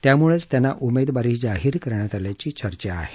त्यामुळेच त्यांना उमेदवारी जाहीर करण्यात आल्याची चर्चा आहे